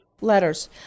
letters